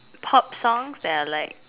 pop songs that are like